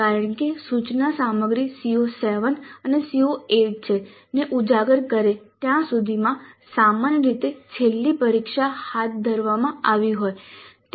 કારણ કે સૂચના સામગ્રી CO7 અને CO8 ને ઉજાગર કરે ત્યાં સુધીમાં સામાન્ય રીતે છેલ્લી પરીક્ષા હાથ ધરવામાં આવી હોત